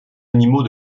animaux